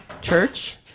church